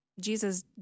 Jesus